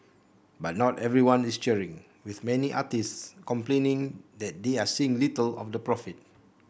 but not everyone is cheering with many artists complaining that they are seeing little of the profit